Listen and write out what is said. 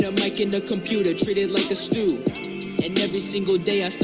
so making the computer treated like a stool and every single day i